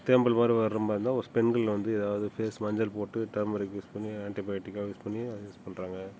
தேம்மல் மாதிரி வரமாதிரி இருந்தால் பெண்கள் வந்து ஏதாவது ஃபேஸ் மஞ்சள் போட்டு டர்மரிக் யூஸ் பண்ணி ஆன்ட்டிபையோட்டிக்லாம் யூஸ் பண்ணி யூஸ் பண்ணுறாங்க